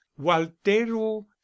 Waltero